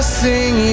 sing